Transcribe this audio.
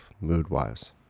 mood-wise